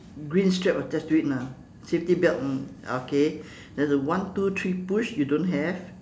green strap attached to it ah safety belt mm okay then the one two three push you don't have